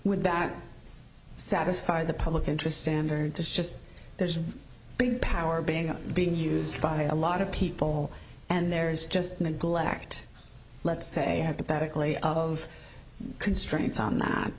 would that satisfy the public interest standard to just there's a big power being being used by a lot of people and there is just neglect let's say hypothetically of constraints on